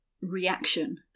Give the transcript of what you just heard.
reaction